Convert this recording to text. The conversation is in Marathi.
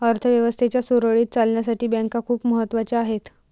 अर्थ व्यवस्थेच्या सुरळीत चालण्यासाठी बँका खूप महत्वाच्या आहेत